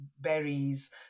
berries